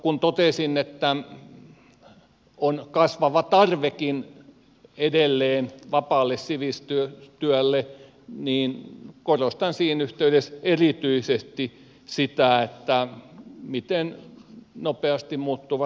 kun totesin että on kasvava tarvekin edelleen vapaalle sivistystyölle niin korostan siinä yhteydessä erityisesti sitä miten nopeasti työmarkkinat muuttuvat